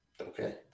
Okay